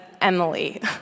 Emily